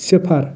صِفر